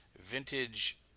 vintage